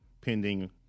pending